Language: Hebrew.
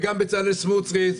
וגם בצלאל סמוטריץ',